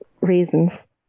reasons